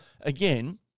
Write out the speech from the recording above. Again